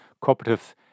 cooperative